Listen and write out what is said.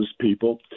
people